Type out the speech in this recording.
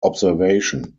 observation